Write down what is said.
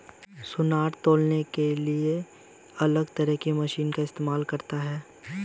सुनार तौलने के लिए अलग तरह की मशीन का इस्तेमाल करता है